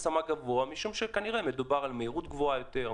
משום שכנראה מדובר על מהירות גבוהה יותר,